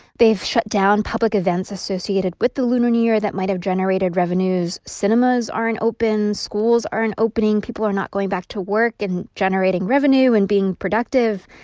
they've shut down public events associated with the lunar new year that might have generated revenues. cinemas aren't open. schools aren't opening. people are not going back to work and generating revenue and being productive.